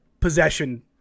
possession